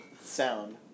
sound